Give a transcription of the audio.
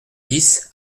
dix